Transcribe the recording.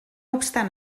obstant